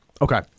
Okay